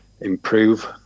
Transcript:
improve